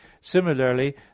Similarly